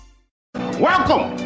Welcome